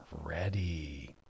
ready